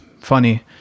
funny